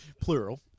Plural